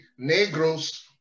negros